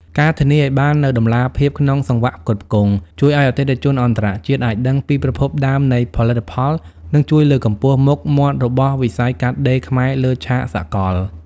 ការធានាឱ្យបាននូវតម្លាភាពក្នុងសង្វាក់ផ្គត់ផ្គង់ ជួយឱ្យអតិថិជនអន្តរជាតិអាចដឹងពីប្រភពដើមនៃផលិតផល និងជួយលើកកម្ពស់មុខមាត់របស់វិស័យកាត់ដេរខ្មែរលើឆាកសកល។